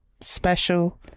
special